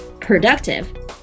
productive